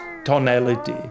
tonality